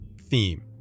theme